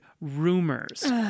Rumors